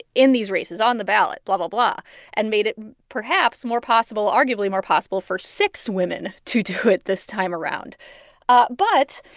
in these races, on the ballot, blah, blah, blah and made it perhaps more possible arguably more possible for six women to do it this time around ah but,